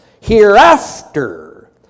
Hereafter